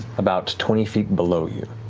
about twenty feet below you.